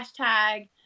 hashtag